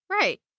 Right